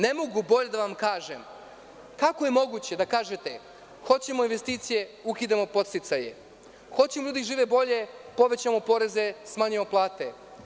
Ne mogu bolje da vam kažem kako je moguće da kažete – hoćemo investicije, ukidamo podsticaje, hoćemo da ljudi žive bolje, povećamo poreze, smanjujemo plate?